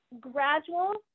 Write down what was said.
gradual